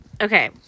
Okay